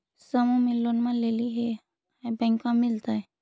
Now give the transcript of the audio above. समुह मे लोनवा लेलिऐ है बैंकवा मिलतै?